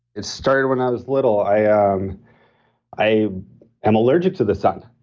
it started when i was little, i am i am allergic to the sun.